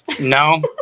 No